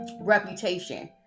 reputation